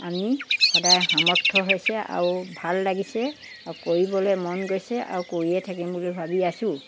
আমি সদায় সামৰ্থ্য হৈছে আৰু ভাল লাগিছে আৰু কৰিবলৈ মন গৈছে আৰু কৰিয়ে থাকিম বুলি ভাবি আছোঁ